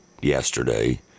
yesterday